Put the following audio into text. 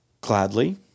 Gladly